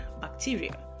bacteria